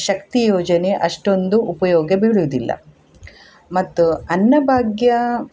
ಶಕ್ತಿ ಯೋಜನೆ ಅಷ್ಟೊಂದು ಉಪಯೋಗ ಬೀಳುವುದಿಲ್ಲ ಮತ್ತು ಅನ್ನಭಾಗ್ಯ